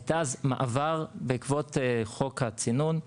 היה אז מעבר, בעקבות חוק הצינון,